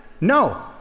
No